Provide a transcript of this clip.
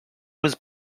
was